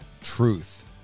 truth